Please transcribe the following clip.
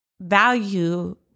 value